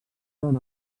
són